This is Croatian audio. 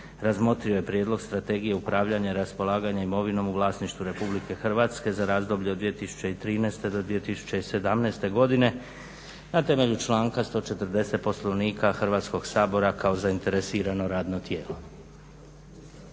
razmotrio je prijedlog Strategije upravljanja i raspolaganja imovinom u vlasništvu RH za razdoblje od 2013. do 2017. godine na temelju članka 140. Poslovnika Hrvatskog sabora kao zainteresirano radno tijelo.